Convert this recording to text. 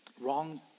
Wrong